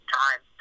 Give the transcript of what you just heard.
time